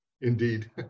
Indeed